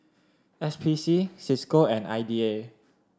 S P C Cisco and I D A